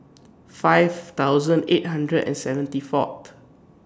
five thousand eight hundred and seventy four